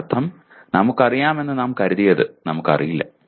അതിനർത്ഥം നമുക്കറിയാമെന്ന് നാം കരുതിയത് നമുക്കറിയില്ല